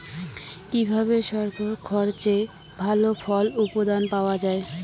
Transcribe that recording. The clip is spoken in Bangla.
কিভাবে স্বল্প খরচে ভালো ফল উৎপাদন করা যায়?